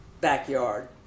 backyard